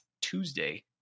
Tuesday